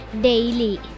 daily